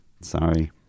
Sorry